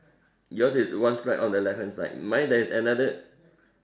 yours is one stripe on the left hand side mine there is another